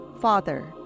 Father